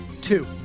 two